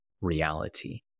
reality